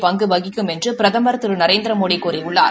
பங்கு வகிக்கும் என்று பிரதமர் திரு நரேந்திரமோடி கூறியுள்ளார்